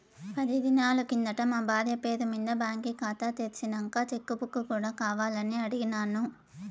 పది దినాలు కిందట మా బార్య పేరు మింద బాంకీ కాతా తెర్సినంక చెక్ బుక్ కూడా కావాలని అడిగిన్నాను